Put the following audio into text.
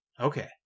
Okay